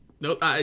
Nope